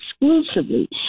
exclusively